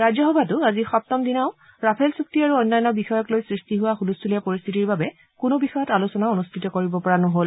ৰাজ্যসভাতো আজি সপ্তম দিনাও ৰাফেল চুক্তি আৰু অন্যান্য বিষয়ক লৈ সৃষ্টি হোৱা হুলস্থুলীয়া পৰিস্থিতিৰ বাবে কোনো বিষয়ত আলোচনা অনুষ্ঠিত কৰিব পৰা নহল